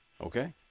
Okay